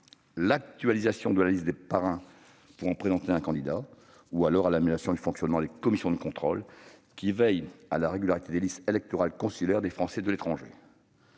; actualisation de la liste des parrains pouvant présenter un candidat ; amélioration du fonctionnement des commissions de contrôle qui veillent à la régularité des listes électorales consulaires des Français de l'étranger.